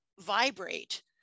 vibrate